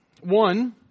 One